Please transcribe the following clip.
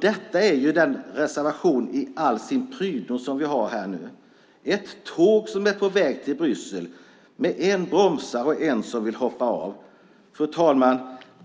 Detta är den reservation i all sin prydno som vi har här, ett tåg som är på väg till Bryssel med en bromsare och en som vill hoppa av. Fru talman!